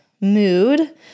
mood